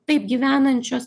taip gyvenančios